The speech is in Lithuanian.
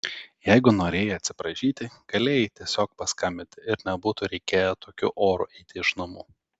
jeigu norėjai atsiprašyti galėjai tiesiog paskambinti ir nebūtų reikėję tokiu oru eiti iš namų